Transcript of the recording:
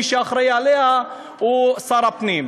מי שאחראי לה הוא שר הפנים.